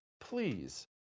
Please